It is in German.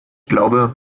glaube